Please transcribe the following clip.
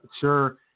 sure